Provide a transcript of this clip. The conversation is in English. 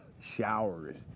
showers